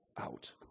out